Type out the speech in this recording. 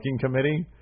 committee